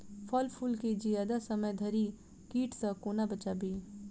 फल फुल केँ जियादा समय धरि कीट सऽ कोना बचाबी?